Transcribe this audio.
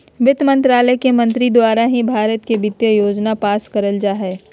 वित्त मन्त्रालय के मंत्री द्वारा ही भारत के वित्तीय योजना पास करल जा हय